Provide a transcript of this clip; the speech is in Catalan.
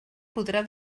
podrà